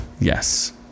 yes